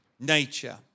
nature